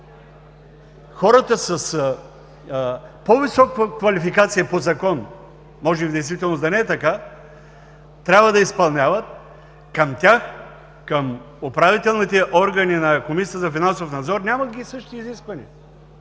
хората с по-висока квалификация по закон, може в действителност да не е така, трябва да изпълняват, към тях, към управителните органи на Комисията за финансов надзор няма същите изисквания.